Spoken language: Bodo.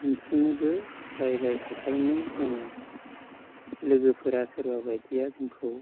सानस्रिनोबो सिखायबाय थाखायोमोन जोङो लोगोफोरा सोरबा बायदिया जोंखौ